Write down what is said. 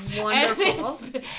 wonderful